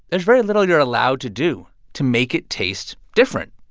there's very little you're allowed to do to make it taste different.